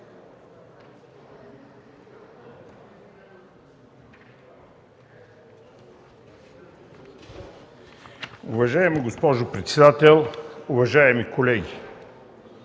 Уважаема госпожо председател, уважаеми колеги!